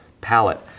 palette